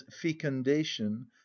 fecundation